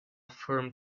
firm